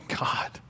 God